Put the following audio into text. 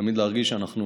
תמיד להרגיש שאנחנו